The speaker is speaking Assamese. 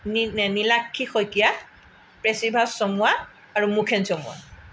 নি নে নীলাক্ষী শইকীয়া প্ৰেচিভাস চমুৱা আৰু মুখেন চমুৱা